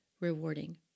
rewarding